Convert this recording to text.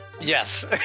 yes